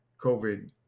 COVID